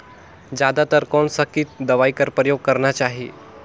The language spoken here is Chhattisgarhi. जादा तर कोन स किट दवाई कर प्रयोग करना चाही?